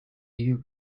you